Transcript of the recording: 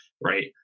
right